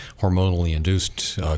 hormonally-induced